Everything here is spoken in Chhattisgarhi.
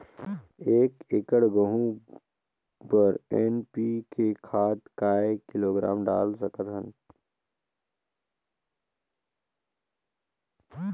एक एकड़ गहूं बर एन.पी.के खाद काय किलोग्राम डाल सकथन?